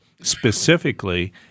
specifically